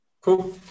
Cool